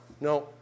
No